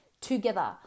together